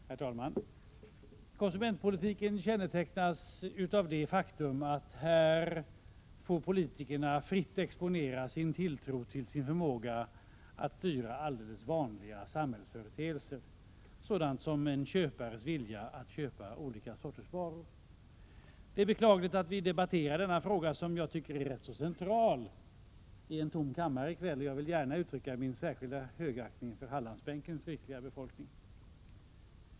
Herr talman! Konsumentpolitiken kännetecknas av det faktum att politikerna här fritt får exponera sin tilltro till sin förmåga att styra helt vanliga samhällsföreteelser, t.ex. en köpares vilja att köpa olika sorters varor. Det är beklagligt att vi debatterar denna fråga, som jag tycker är ganska central, i en tom kammare i kväll. Jag vill gärna uttrycka min särskilda högaktning för Hallandsbänkens ”rikliga befolkning”.